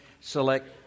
select